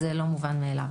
הארץ.